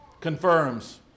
confirms